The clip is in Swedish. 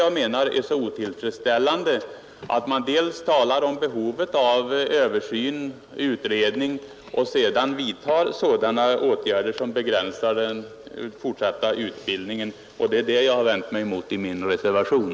Vad jag finner så otillfredsställande är att man dels talar om behovet av utredning, dels sedan vidtar sådana åtgärder som begränsar den fortsatta utbildningen. Det är också det jag har vänt mig emot i min reservation.